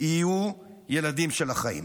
יהיו ילדים של החיים.